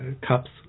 cups